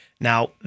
Now